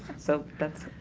so that's